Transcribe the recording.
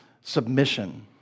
submission